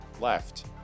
left